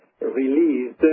released